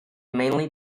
mainly